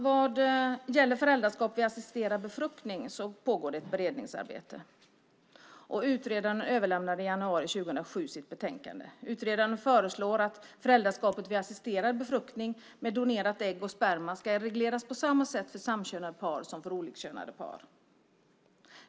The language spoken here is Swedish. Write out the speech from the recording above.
Vad gäller föräldraskap vid assisterad befruktning pågår det ett beredningsarbete. Utredaren överlämnade sitt betänkande i januari 2007. Utredaren föreslår att föräldraskapet vid assisterad befruktning med donerat ägg och sperma ska regleras på samma sätt för samkönade som för olikkönade par.